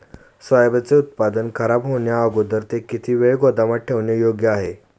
सोयाबीनचे उत्पादन खराब होण्याअगोदर ते किती वेळ गोदामात ठेवणे योग्य आहे?